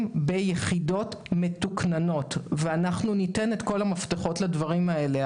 ביחידות מתוקננות ואנחנו ניתן את כל המפתחות לדברים האלה,